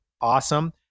Awesome